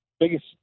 Biggest